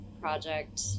project